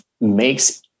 makes